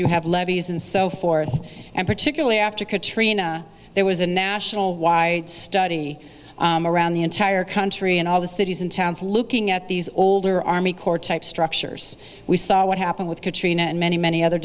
levees and so forth and particularly after katrina there was a national wide study around the entire country and all the cities and towns looking at these older army corps type structures we saw what happened with katrina and many many other